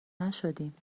نشدیم